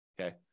okay